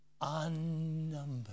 unnumbered